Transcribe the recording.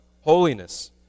holiness